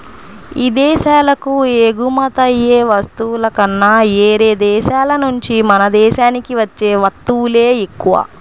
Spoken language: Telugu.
ఇదేశాలకు ఎగుమతయ్యే వస్తువుల కన్నా యేరే దేశాల నుంచే మన దేశానికి వచ్చే వత్తువులే ఎక్కువ